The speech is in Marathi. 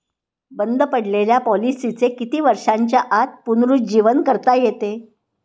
बंद पडलेल्या पॉलिसीचे किती वर्षांच्या आत पुनरुज्जीवन करता येते?